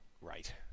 Right